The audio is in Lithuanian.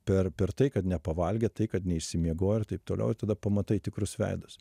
per per tai kad nepavalgė tai kad neišsimiegojo ir taip toliau ir tada pamatai tikrus veidus